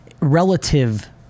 relative